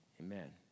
amen